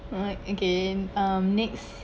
uh okay um next